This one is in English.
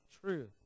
truth